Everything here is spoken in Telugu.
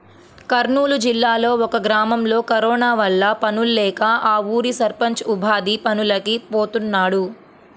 కర్నూలు జిల్లాలో ఒక గ్రామంలో కరోనా వల్ల పనుల్లేక ఆ ఊరి సర్పంచ్ ఉపాధి పనులకి పోతున్నాడు